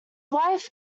wife